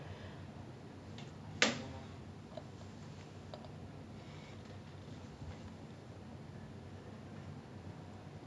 ya like joaquin phoenix dude I have been following all of his movies ever since I saw err ever since I saw the master by err west err I think